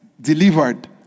delivered